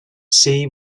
sea